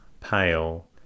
pale